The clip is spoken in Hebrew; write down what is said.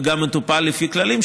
וגם מטופל לפי כללים,